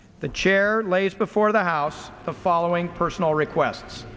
the chair lays before the house the following personal requests